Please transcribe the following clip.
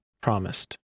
promised